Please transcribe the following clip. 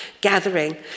gathering